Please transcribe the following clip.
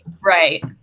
right